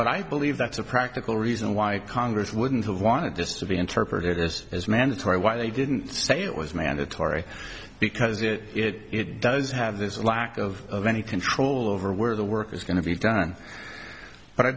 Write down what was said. but i believe that's a practical reason why congress wouldn't have wanted this to be interpreted as as mandatory why they didn't say it was mandatory because it it does have this lack of any control over where the work is going to be done but i